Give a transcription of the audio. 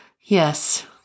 Yes